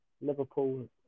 Liverpool